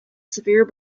severe